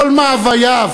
כל מאווייו